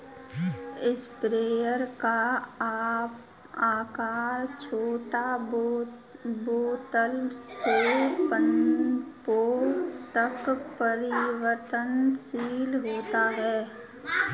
sprayer का आकार छोटी बोतल से पंपों तक परिवर्तनशील होता है